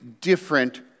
different